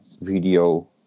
video